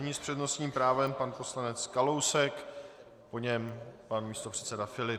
Nyní s přednostním právem pan poslanec Kalousek, po něm pan místopředseda Filip.